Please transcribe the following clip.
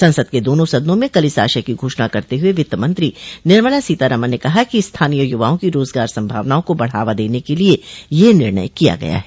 संसद के दोनों सदनों में कल इस आशय की घोषणा करते हुए वित्त मंत्री निर्मला सीता रामन ने कहा कि स्थानीय युवाओं की रोजगार संभावनाओं को बढ़ावा देने के लिए यह निर्णय किया गया है